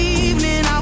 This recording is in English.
evening